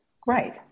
Great